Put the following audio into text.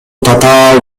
татаал